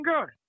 good